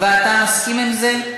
ואתה מסכים לזה?